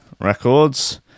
Records